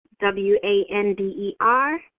W-A-N-D-E-R